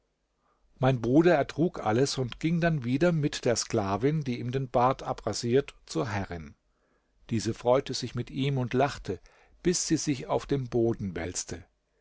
mein bruder ertrug alles und ging dann wieder mit der sklavin die ihm den bart abrasiert zur herrin diese freute sich mit ihm und lachte bis sie sich auf dem boden wälzte